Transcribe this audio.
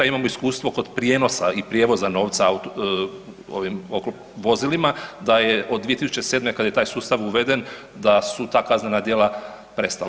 A imamo iskustvo kod prijenosa i prijevoza novca ovim vozilima da je od 2007. kad je taj sustav uveden da su ta kaznena djela prestala.